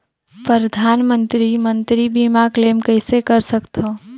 परधानमंतरी मंतरी बीमा क्लेम कइसे कर सकथव?